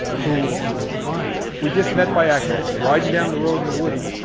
who we just met by accident. riding down the road in the woody,